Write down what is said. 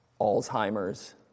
Alzheimer's